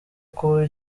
kuba